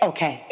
Okay